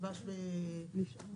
דבש וביצים